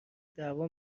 دعوا